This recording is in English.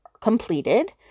completed